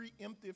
preemptive